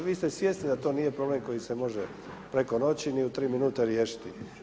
Vi ste svjesni da to nije problem koji se može preko noći ni u tri minute riješiti.